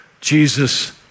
Jesus